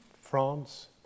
France